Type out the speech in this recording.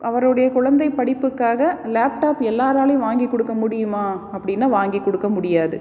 அவருடைய குழந்தை படிப்புக்காக லேப்டாப் எல்லாராலேயும் வாங்கி கொடுக்க முடியுமா அப்படின்னா வாங்கி கொடுக்க முடியாது